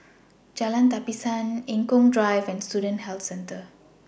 Jalan Tapisan Eng Kong Drive and Student Health Centre